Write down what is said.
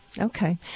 Okay